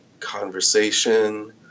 conversation